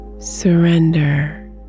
Surrender